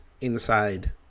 inside